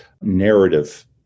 narrative